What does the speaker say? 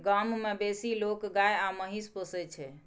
गाम मे बेसी लोक गाय आ महिष पोसय छै